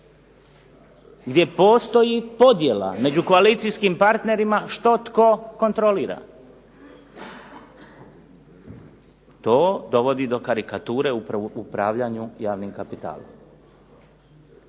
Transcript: gdje postoji podjela među koalicijskim partnerima što tko kontrolira. To dovodi do karikature u upravljanju javnim kapitalom.